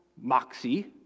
moxie